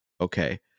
okay